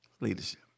Leadership